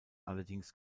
allerdings